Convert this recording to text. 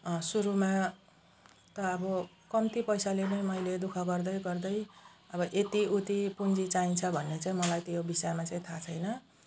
सुरुमा त अब कम्ती पैसाले नि मैले दुःख गर्दै गर्दै अब यति उति पुँजी चाहिन्छ भने चाहिँ मलाई त्यो विषयमा चाहिँ थाहा छैन